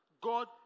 God